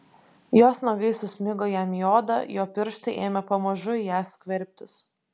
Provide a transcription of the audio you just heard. jos nagai susmigo jam į odą jo pirštai ėmė pamažu į ją skverbtis